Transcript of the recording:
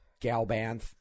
Galbanth